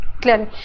clearly